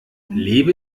lebe